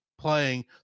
Playing